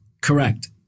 correct